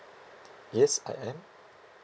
yes I am